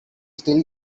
still